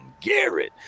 Garrett